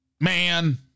man